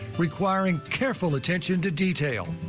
requiring careful attention to detail.